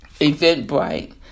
Eventbrite